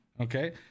okay